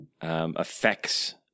Affects